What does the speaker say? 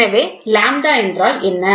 எனவே லாம்ப்டா என்றால் என்ன